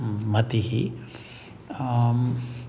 मतिः